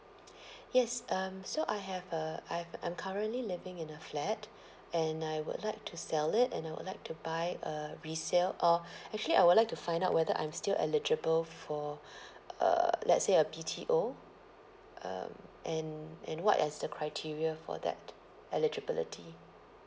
yes um so I have a I've I'm currently living in a flat and I would like to sell it and I would like to buy a resale or actually I would like to find out whether I'm still eligible for uh let's say a B_T_O um and and what as the criteria for that eligibility